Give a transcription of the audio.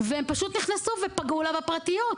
והם פשוט נכנסו ופגעו לה בפרטיות.